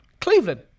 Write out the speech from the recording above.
Cleveland